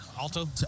Alto